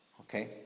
okay